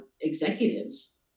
executives